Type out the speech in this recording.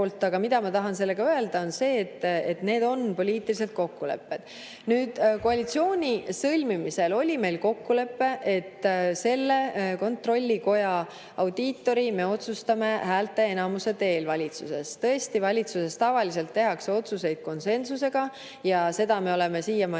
Mida ma tahan sellega öelda, on see, et need on poliitilised kokkulepped. Nüüd koalitsiooni sõlmimisel oli meil kokkulepe, et kontrollikoja audiitori me otsustame häälteenamuse teel valitsuses. Tõesti, valitsuses tavaliselt tehakse otsuseid konsensusega ja seda me oleme siiamaani